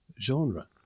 genre